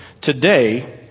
Today